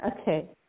Okay